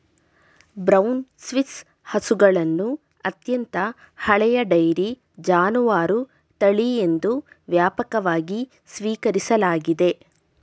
brown Swiss ಹಸುಗಳನ್ನು ಅತ್ಯಂತ ಹಳೆಯ ಡೈರಿ ಜಾನುವಾರು ತಳಿ ಎಂದು ವ್ಯಾಪಕವಾಗಿ ಸ್ವೀಕರಿಸಲಾಗಿದೆ